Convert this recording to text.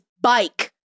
bike